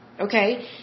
okay